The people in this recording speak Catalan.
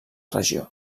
regió